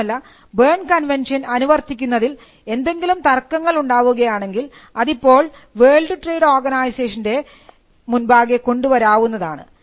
മാത്രമല്ല Berne convention അനുവർത്തിക്കുന്നതിൽ എന്തെങ്കിലും തർക്കങ്ങൾ ഉണ്ടാവുകയാണെങ്കിൽ അതിപ്പോൾ വേൾഡ് ട്രേഡ് ഓർഗനൈസേഷൻറെ മുൻപാകെ കൊണ്ടു വരാവുന്നതാണ്